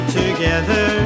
together